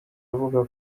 avuga